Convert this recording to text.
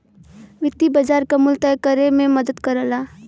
वित्तीय बाज़ार मूल्य तय करे में मदद करला